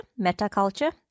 metaculture